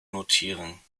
notieren